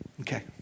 Okay